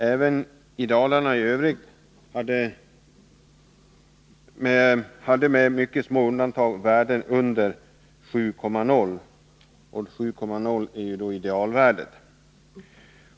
Även i Dalarna i övrigt låg, med mycket få undantag, värdena under 7,0, vilket alltså är idealvärdet.